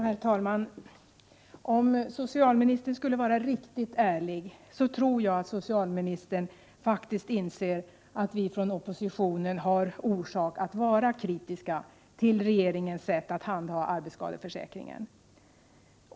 Herr talman! Om socialministern vore riktigt ärlig skulle hon inse att vi i oppositionen har orsak att vara kritiska till regeringens sätt att handha arbetsskadeförsäkringen.